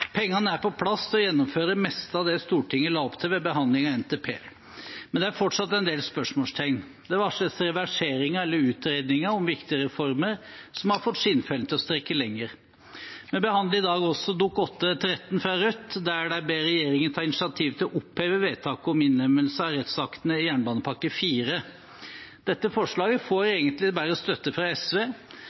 Pengene er på plass til å gjennomføre det meste av det Stortinget la opp til ved behandling av NTP. Men det er fortsatt en del spørsmålstegn. Det varsles reverseringer av eller utredninger om viktige reformer som har fått skinnfellen til å rekke lenger. Vi behandler i dag også Dokument 8:13 for 2021–2022, fra Rødt, der de ber regjeringen ta initiativ til å oppheve vedtaket om innlemmelse av rettsaktene i jernbanepakke IV. Dette forslaget får egentlig bare støtte fra SV.